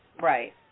Right